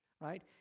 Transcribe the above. right